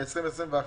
דצמבר 2019,